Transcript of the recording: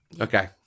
Okay